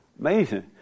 Amazing